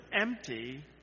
empty